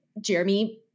Jeremy